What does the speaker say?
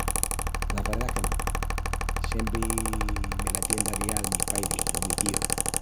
La verdá es que non. Siempri me la tien d’avial mi pairi o mi tíu.